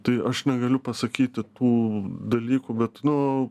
tai aš negaliu pasakyti tų dalykų bet nu